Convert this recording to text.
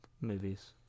movies